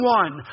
one